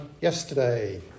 yesterday